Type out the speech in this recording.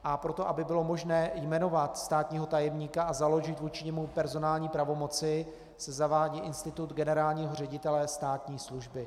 A pro to, aby bylo možné jmenovat státního tajemníka a založit vůči němu personální pravomoci, se zavádí institut generálního ředitele státní služby.